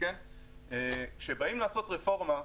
כשבאים לעשות רפורמה,